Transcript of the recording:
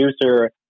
producer